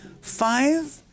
five